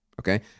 Okay